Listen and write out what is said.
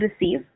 receive